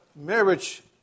marriage